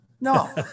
no